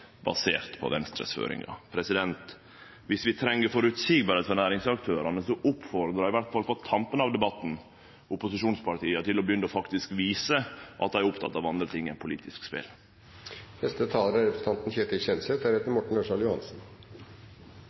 basert på Venstres føringar. Viss vi treng føreseielegheit for næringsaktørane, oppfordrar eg i alle fall på tampen av debatten opposisjonspartia til å begynne å faktisk vise at dei er opptekne av andre ting enn politisk